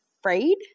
afraid